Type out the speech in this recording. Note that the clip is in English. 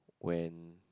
when